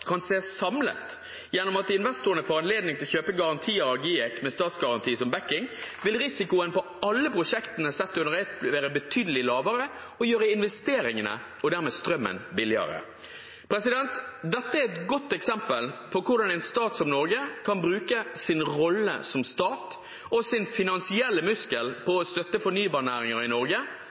kan ses samlet gjennom at investorene får anledning til å kjøpe garantier av GIEK med statsgaranti som backing, vil risikoen på alle prosjektene sett under ett være betydelig lavere og gjøre investeringene og dermed strømmen billigere. Dette er et godt eksempel på hvordan en stat som Norge kan bruke sin rolle som stat og sin finansielle muskel på å støtte fornybarnæringer i Norge,